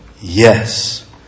Yes